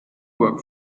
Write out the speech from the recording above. work